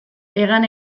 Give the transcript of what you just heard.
hegan